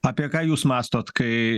apie ką jūs mąstot kai